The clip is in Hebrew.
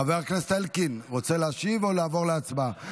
חבר הכנסת אלקין, רוצה להשיב או לעבור להצבעה?